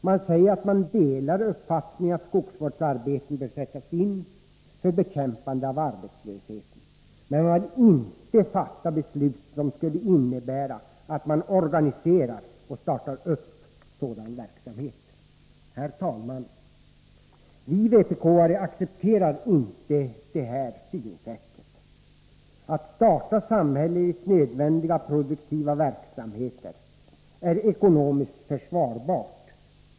Man säger att man delar uppfattningen att skogsvårdsarbeten bör sättas in för bekämpande av arbetslösheten. Men man vill inte fatta beslut som skulle innebära att man organiserar och startar sådan verksamhet. Herr talman! Vi vpk-are accepterar inte det här synsättet. Att starta samhälleligt nödvändiga, produktiva verksamheter är ekonomiskt försvarbart.